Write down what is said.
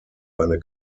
eine